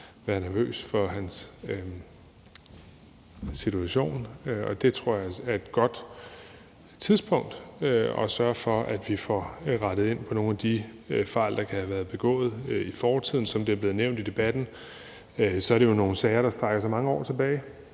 være nervøs for sin situation, og det tror jeg er et godt tidspunkt at sørge for, at vi får rettet ind på nogle af de fejl, der kan have været begået i fortiden. Som det er blevet nævnt i debatten, er det jo nogle sager, der strækker sig mange år tilbage